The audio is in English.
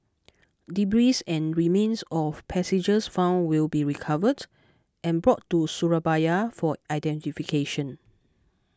debris and remains of passengers found will be recovered and brought to Surabaya for identification